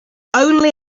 only